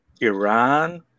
Iran